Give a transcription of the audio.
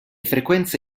frequenze